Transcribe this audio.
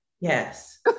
Yes